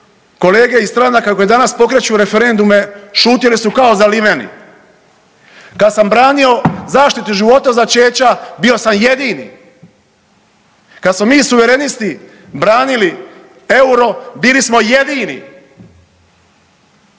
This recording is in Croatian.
kolege iz stranaka koje danas pokreću referendume šutjeli su ko zaliveni. Kad sam branio zaštitu života od začeća bio sam jedini. Kad smo mi suverenisti branili euro bili smo jedini.